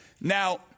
Now